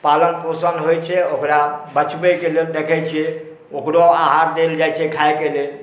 पालन पोषण होइ छै ओकरा बचबैके लेल देखै छिए ओकरो आहार देल जाइ छै खाइके लेल